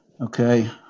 Okay